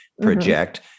project